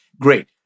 Great